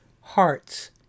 hearts